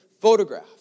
photograph